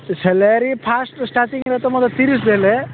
salary first ଷ୍ଟାାର୍ଟିଙ୍ଗରେ ତ ମୋତେ ତିରିଶ ଦେଲେ